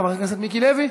חבר הכנסת מיקי לוי,